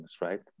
right